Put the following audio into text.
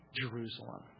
Jerusalem